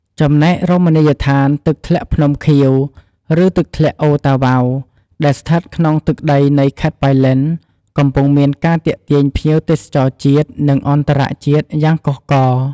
ចំណែក រមណីយដ្ឋាន «ទឹកធ្លាក់ភ្នំខៀវ ឬទឹកធ្លាក់អូរតាវ៉ៅ» ដែលស្ថិតក្នុងទឹកដីនៃខេត្តប៉ៃលិន កំពុងមានការទាក់ទាញភ្ញៀវទេសចរជាតិ និងអន្តរជាតិយ៉ាងកុះករ។